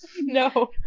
No